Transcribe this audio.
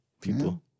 people